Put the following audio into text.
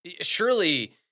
Surely